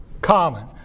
common